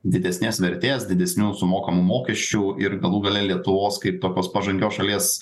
didesnės vertės didesnių sumokamų mokesčių ir galų gale lietuvos kaip tokios pažangios šalies